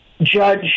judge